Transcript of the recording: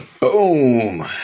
Boom